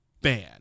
ban